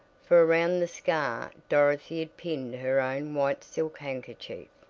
for around the scar dorothy had pinned her own white silk handkerchief.